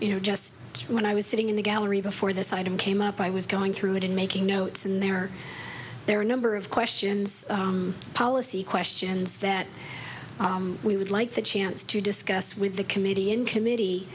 you know just when i was sitting in the gallery before this item came up i was going through it and making notes and there are there are a number of questions policy questions that we would like the chance to discuss with the committee in committee